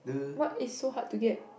what is so hard to get